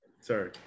sorry